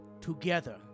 together